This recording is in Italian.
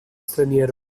straniero